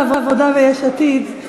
סיעות העבודה ויש עתיד,